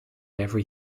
every